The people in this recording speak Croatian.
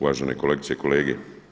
Uvažene kolegice i kolege.